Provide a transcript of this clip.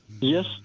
Yes